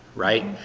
right?